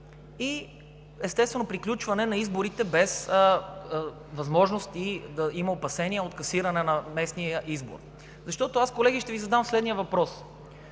и, естествено, приключване на изборите без възможности да има опасения от касиране на местния избор. Колеги, аз ще Ви задам следния въпрос: